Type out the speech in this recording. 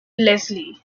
leslie